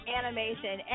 animation